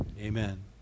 Amen